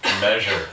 measure